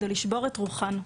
כדי לשבור את רוחן.